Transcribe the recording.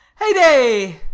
Heyday